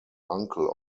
uncle